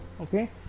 okay